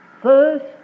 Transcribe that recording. First